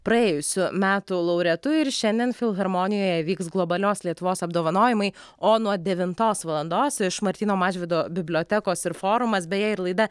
praėjusių metų laureatu ir šiandien filharmonijoje vyks globalios lietuvos apdovanojimai o nuo devintos valandos iš martyno mažvydo bibliotekos ir forumas beje ir laida